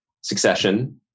succession